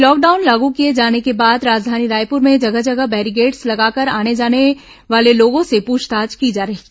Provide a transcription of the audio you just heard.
lockdown लागू किए जाने के बाद राजधानी रायपुर में जगह जगह बैरीकेट्स लगाकर आने जाने वाले लोगों से पूछताछ की जा रही है